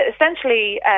essentially